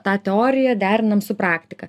tą teoriją derinam su praktika